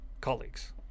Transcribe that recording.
Colleagues